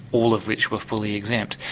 all of which were fully exempt.